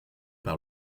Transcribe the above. par